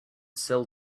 sell